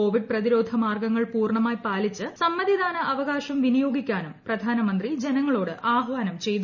Covid പ്രതിരോധ മാർഗങ്ങൾ പൂർണ്ണമായി പാലിച്ച് സമ്മതിദാന അവകാശം വിനിയോഗിക്കാനും ശ്രീ നരേന്ദ്ര മോദി ജനങ്ങളോട് ആഹ്വാനം ചെയ്തു